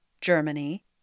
Germany